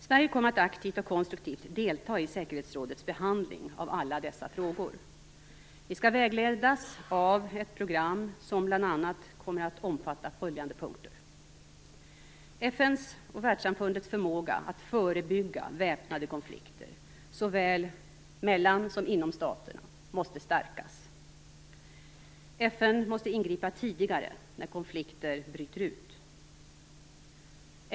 Sverige kommer att aktivt och konstruktivt delta i säkerhetsrådets behandling av alla dessa frågor. Vi skall vägledas av ett program som bl.a. skall omfatta följande punkter: FN:s och världssamfundets förmåga att förebygga väpnade konflikter - såväl mellan som inom stater - måste stärkas. FN måste ingripa tidigare när konflikter bryter ut.